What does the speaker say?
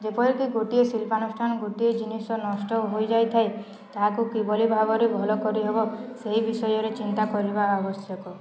ଯେପରିକି ଗୋଟିଏ ଶିଳ୍ପାନୁଷ୍ଠାନ ଗୋଟିଏ ଜିନିଷ ନଷ୍ଟ ହୋଇଯାଇଥାଏ ତାହାକୁ କିଭଳି ଭାବରେ ଭଲ କରିହେବ ସେହି ବିଷୟରେ ଚିନ୍ତା କରିବା ଆବଶ୍ୟକ